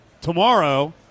Tomorrow